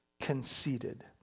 conceited